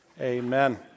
Amen